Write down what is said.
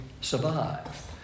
survive